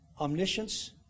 omniscience